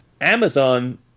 Amazon